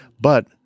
But-